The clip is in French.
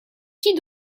qui